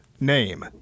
name